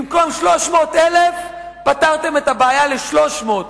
במקום 300,000 פתרתם את הבעיה ל-300,